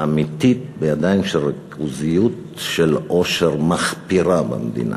אמיתית בידיים של ריכוזיות של עושר מחפירה במדינה,